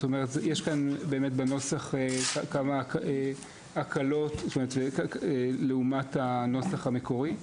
יש כאן באמת בנוסח כמה הקלות לעומת הנוסח המקורי,